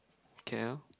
k_l